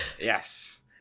Yes